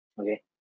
okay